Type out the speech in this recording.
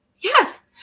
Yes